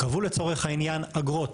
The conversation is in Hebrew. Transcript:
קבעו לצורך העניין אגרות.